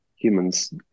humans